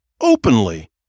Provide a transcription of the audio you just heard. openly